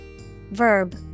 Verb